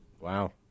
Wow